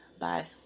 Bye